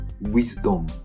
wisdom